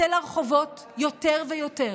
אנחנו נצא לרחובות יותר ויותר,